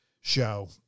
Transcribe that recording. show